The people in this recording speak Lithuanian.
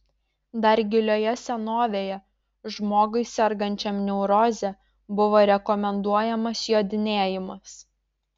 dar gilioje senovėje žmogui sergančiam neuroze buvo rekomenduojamas jodinėjimas